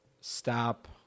stop